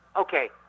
okay